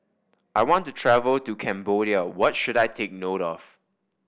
I want to travel to Cambodia what should I take note of